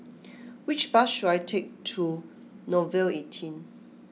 which bus should I take to Nouvel eighteen